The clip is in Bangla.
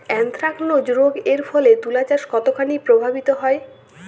এ্যানথ্রাকনোজ রোগ এর ফলে তুলাচাষ কতখানি প্রভাবিত হয়?